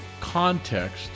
context